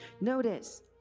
Notice